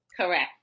Correct